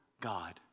God